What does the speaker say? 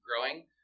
growing